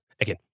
Again